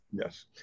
Yes